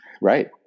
right